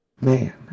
man